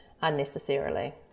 unnecessarily